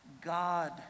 God